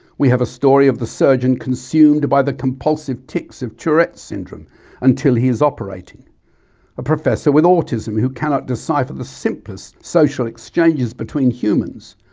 we have a story of the surgeon consumed by the compulsive tics of tourette's syndrome until he is operating a professor with autism who cannot decipher the simplest social exchanges between humans,